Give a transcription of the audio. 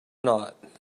not